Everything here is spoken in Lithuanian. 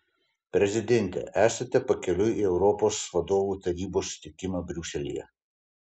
prezidente esate pakeliui į europos vadovų tarybos susitikimą briuselyje